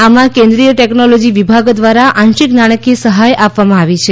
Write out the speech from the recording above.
આમાં કેન્દ્રિય ટેકનોલોજી વિભાગ દ્વારા આંશિક નાણાકીય સહાય આપવામાં આવી છે